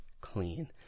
clean